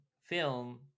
film